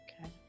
Okay